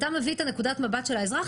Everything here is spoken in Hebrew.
אתה מביא את נקודת המבט של האזרח.